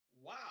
wow